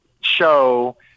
show